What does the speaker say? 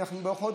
אנחנו בחודש,